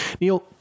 Neil